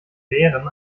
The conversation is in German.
bären